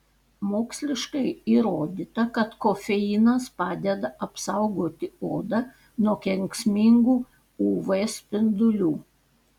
moksliškai įrodyta kad kofeinas padeda apsaugoti odą nuo kenksmingų uv spindulių